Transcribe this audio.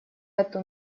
эту